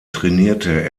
trainierte